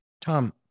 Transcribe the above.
Tom